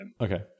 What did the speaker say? Okay